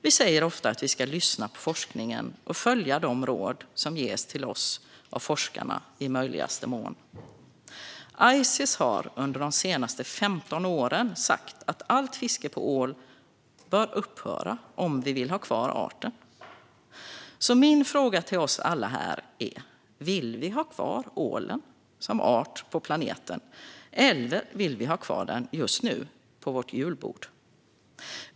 Vi säger ofta att vi ska lyssna på forskningen och i möjligaste mån följa de råd som ges till oss av forskarna. Ices har under de senaste 15 åren sagt att allt fiske av ål bör upphöra om vi vill ha kvar arten. Min fråga till oss alla här är därför: Vill vi ha kvar ålen som art på planeten, eller vill vi ha kvar den just nu på vårt julbord?